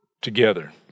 together